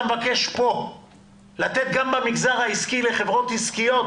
מבקש כאן גם במגזר העסקי לחברות עסקיות